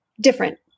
different